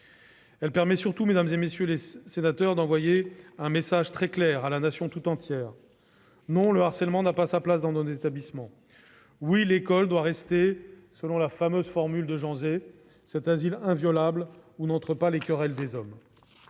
Elle permet surtout, mesdames, messieurs les sénateurs, d'envoyer un message très clair à la Nation tout entière : non, le harcèlement n'a pas sa place dans nos établissements. Oui, l'école doit rester, selon la fameuse formule de Jean Zay, cet « asile inviolable où les querelles des hommes